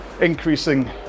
increasing